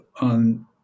on